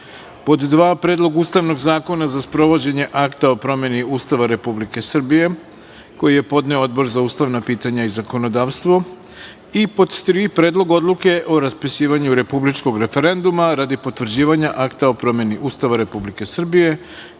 Predlog ustavnog zakona za sprovođenje akta o promeni Ustava Republike Srbije, koji je podneo Odbor za ustavna pitanja i zakonodavstvo i3. Predlog odluke o raspisivanju republičkog referenduma radi potvrđivanja Akta o promeni Ustava Republike Srbije,